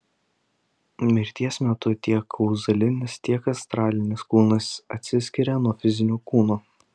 mirties metu tiek kauzalinis tiek astralinis kūnas atsiskiria nuo fizinio kūno